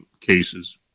cases